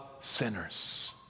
sinners